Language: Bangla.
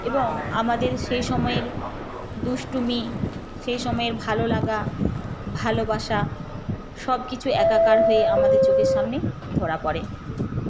এবং আমাদের সেই সময়ের দুষ্টুমি সেই সময়ের ভালোলাগা ভালোবাসা সবকিছু একাকার হয়ে আমাদের চোখের সামনে ধরা পরে